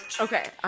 Okay